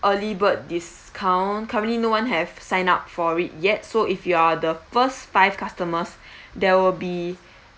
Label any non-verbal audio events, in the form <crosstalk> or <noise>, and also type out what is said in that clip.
early bird discount currently no one have sign up for it yet so if you are the first five customers <breath> there will be